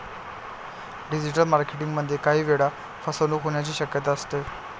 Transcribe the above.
digital marketing मध्ये काही वेळा फसवणूक होण्याची शक्यता असते